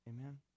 Amen